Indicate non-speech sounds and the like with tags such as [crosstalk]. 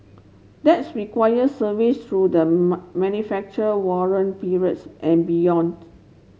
that's require service through the [unintelligible] manufacture warrant periods and beyond